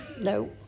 No